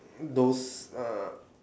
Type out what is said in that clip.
those uh